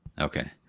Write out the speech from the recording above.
Okay